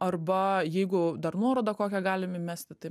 arba jeigu dar nuorodą kokią galim įmesti tai